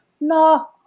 No